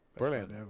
brilliant